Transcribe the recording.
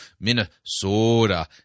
Minnesota